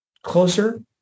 closer